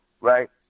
right –